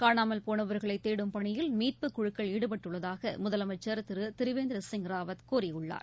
காணாமல் போனவர்களை தேடும் பணியில் மீட்புக்குழுக்கள் ஈடுபட்டுள்ளதாக முதலமைச்சர் திரு திரிவேந்திர சிங் ராவத் கூறியுள்ளார்